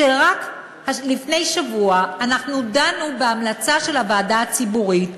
רק לפני שבוע אנחנו דנו בהמלצה של הוועדה הציבורית,